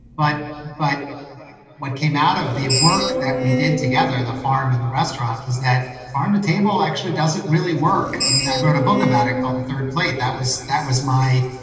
but but what came out of the work that we did together, the farm and the restaurant was that farm to table actually doesn't really work. i mean, i wrote a book about it called the third plate. that was that was my.